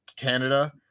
Canada